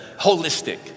holistic